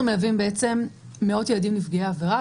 אנחנו מלווים מאות ילדים נפגעי עברה,